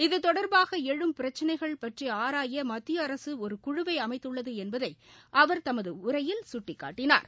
இது தொடர்பாக எழும் பிரச்சினைகள் பற்றி ஆராய மத்திய அரசு ஒரு குழுவை அமைத்துள்ளது என்பதை அவர் தமது உரையில் சுட்டிக்காட்டினார்